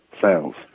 sales